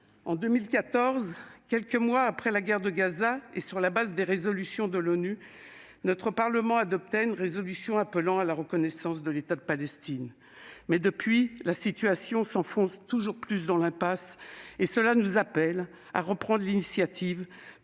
En 2014, quelques mois après la troisième guerre de Gaza, et sur la base des résolutions de l'ONU, notre parlement adoptait une résolution appelant à la reconnaissance de l'État de Palestine. Mais, depuis, la situation s'enfonce toujours plus dans l'impasse. Cela nous appelle à reprendre l'initiative